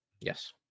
Yes